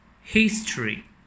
History